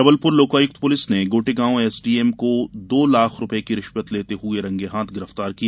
Jabalpur Lokayukta police ने Gotegaon SDM को दो लाख रूपये की रिश्वत लेते हुए रंगेहाथ गिरफ्तार किया